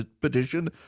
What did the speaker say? petition